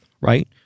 right